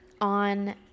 on